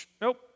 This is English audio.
nope